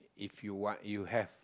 if you want you have